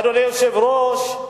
אדוני היושב-ראש,